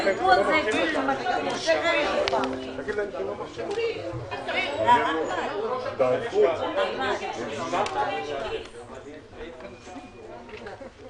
הישיבה ננעלה בשעה 15:05.